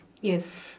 Yes